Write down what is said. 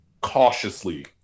cautiously